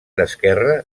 esquerre